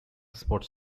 sports